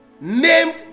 named